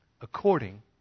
According